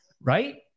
Right